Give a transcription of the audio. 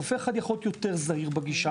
רופא אחד יכול להיות יותר זהיר בגישה,